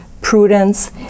prudence